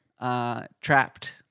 Trapped